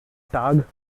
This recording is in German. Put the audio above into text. tag